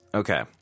Okay